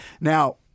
Now